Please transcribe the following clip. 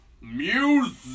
music